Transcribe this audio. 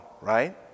right